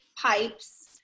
pipes